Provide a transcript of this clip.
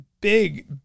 big